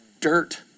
dirt